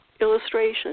illustration